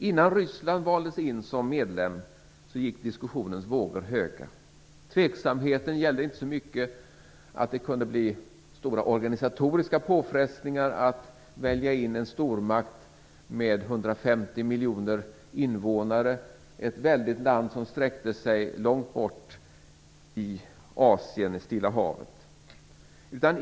Innan Ryssland valdes in som medlem gick diskussionens vågor höga. Tveksamheten gällde inte så mycket att det kunde bli stora organisatoriska påfrestningar att välja in en stormakt med 150 miljoner invånare - ett väldigt land som sträcker sig långt bort i Asien och bort mot Stilla havet.